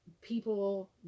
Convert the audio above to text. people